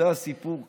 זה הסיפור כאן.